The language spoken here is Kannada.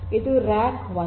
ಇದು ರ್ಯಾಕ್ ೧